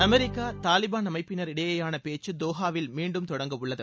America Taliban அமைப்பினர் இடையேயான பேச்சு தோஹாவில் மீண்டும் தொடங்க உள்ளது